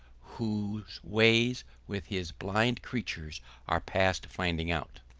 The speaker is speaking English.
whose ways with his blind creatures are past finding out.